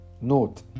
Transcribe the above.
Note